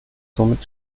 somit